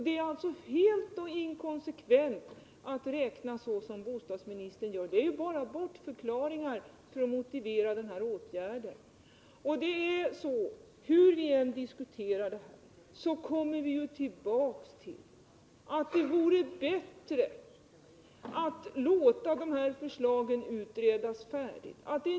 Det är alltså helt inkonsekvent att räkna så som bostadsministern gör. Det är ju bara bortförklaringar för att motivera den här åtgärden. Hur ni än diskuterar det här kommer vi ju tillbaka till att det vore bättre att låta de här förslågen bli färdigutredda.